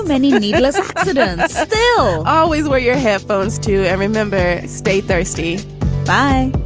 many many but and still always wear your headphones to every member state. thirsty by